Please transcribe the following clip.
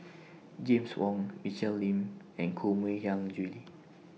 James Wong Michelle Lim and Koh Mui Hiang Julie